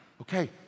Okay